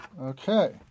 Okay